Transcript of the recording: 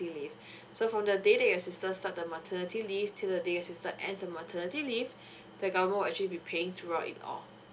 so for the day that your sister start the maternity leave till the day your sister ends her maternity leave the government will actually be paying throughout it all